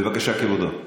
בבקשה, כבודו.